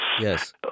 Yes